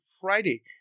Friday